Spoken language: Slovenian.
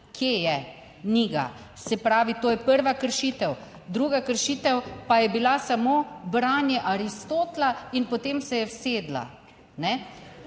Kje je? Ni ga. Se pravi, to je prva kršitev. Druga kršitev pa je bila samo branje Aristotela in potem se je usedla.